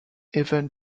even